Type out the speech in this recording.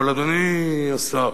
אבל, אדוני השר,